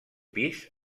pis